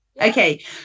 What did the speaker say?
Okay